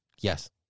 Yes